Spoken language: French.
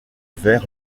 ver